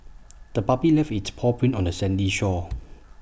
the puppy left its paw prints on the sandy shore